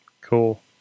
Cool